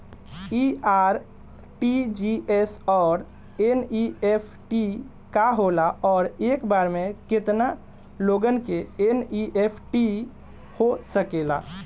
इ आर.टी.जी.एस और एन.ई.एफ.टी का होला और एक बार में केतना लोगन के एन.ई.एफ.टी हो सकेला?